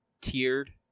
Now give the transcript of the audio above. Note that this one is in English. tiered